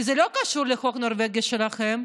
כי זה לא קשור לחוק הנורבגי שלכם,